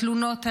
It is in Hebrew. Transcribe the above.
בתלונות האלה,